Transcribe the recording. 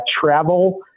travel